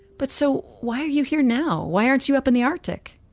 but so why are you here now? why aren't you up in the arctic?